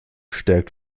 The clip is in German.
stärkt